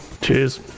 Cheers